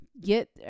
get